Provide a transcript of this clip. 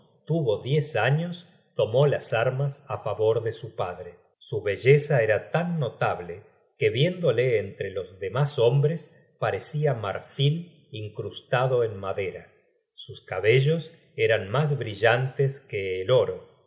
tuvo diez años tomó las armas á favor de su padre su belleza era tan notable que viéndole entre los demas hombres parecia marfil incrustrado en madera sus cabellos eran mas brillantes que el oro